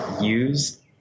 use